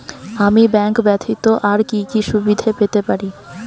আমি ব্যাংক ব্যথিত আর কি কি সুবিধে পেতে পারি?